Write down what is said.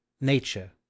Nature